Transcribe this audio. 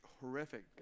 horrific